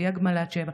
בלי הגבלת שמע.